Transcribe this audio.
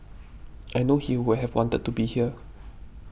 I know he would have wanted to be here